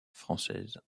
françaises